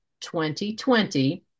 2020